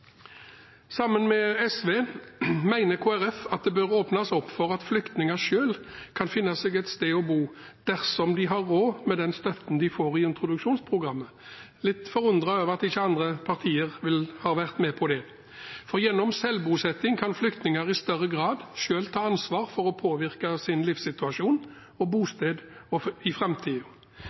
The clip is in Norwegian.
Sammen med SV, mener Kristelig Folkeparti at det bør åpnes opp for at flyktninger selv kan finne seg et sted å bo – dersom de har råd – med den støtten de får i introduksjonsprogrammet. Jeg er litt forundret over at ikke andre partier har vært med på det. For gjennom selvbosetting kan flyktninger i større grad selv ta ansvar for å påvirke sin livssituasjon og sin bosituasjon i